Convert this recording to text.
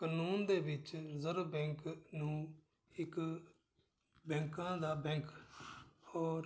ਕਾਨੂੰਨ ਦੇ ਵਿੱਚ ਰਿਜ਼ਰਵ ਬੈਂਕ ਨੂੰ ਇੱਕ ਬੈਂਕਾਂ ਦਾ ਬੈਂਕ ਔਰ